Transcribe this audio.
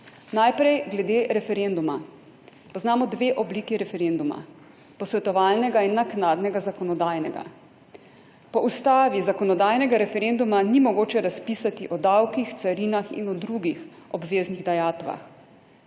Najprej glede referenduma. Poznamo dve obliki referenduma: posvetovalnega in naknadnega zakonodajnega. Po ustavi zakonodajnega referenduma ni mogoče razpisati o davkih, carinah in drugih obveznih dajatvah.